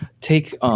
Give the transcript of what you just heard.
take